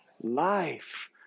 life